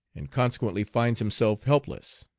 and consequently finds himself helpless.